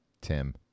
Tim